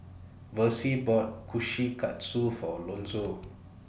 Versie bought Kushikatsu For Lonzo